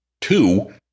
Two